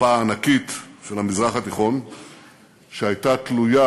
מפה ענקית של המזרח התיכון שהייתה תלויה